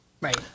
Right